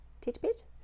tidbit